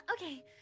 okay